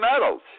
medals